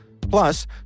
Plus